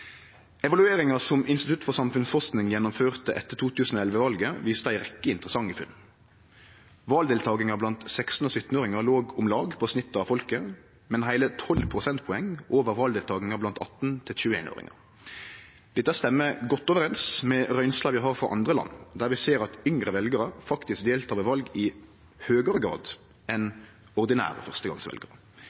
Evalueringa som Institutt for samfunnsforskning gjennomførte etter 2011-valet, viste ei rekkje interessante funn. Valdeltakinga blant 16- og 17-åringar låg om lag på snittet av folket, men heile 12 prosentpoeng over valdeltakinga blant 18–21-åringar. Dette stemmer godt overeins med røynsla vi har frå andre land, der vi ser at yngre veljarar faktisk deltek ved val i høgare grad enn ordinære førstegongsveljarar